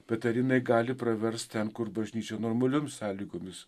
bet ar jinai gali praverst ten kur bažnyčia normaliom sąlygomis